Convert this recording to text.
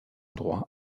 droit